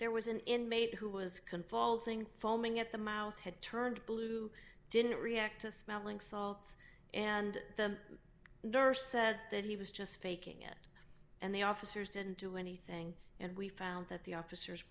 there was an inmate who was convulsing foaming at the mouth had turned blue didn't react to smelling salts and then nurse said that he was just faking it and the officers didn't do anything and we found that the officers